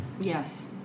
yes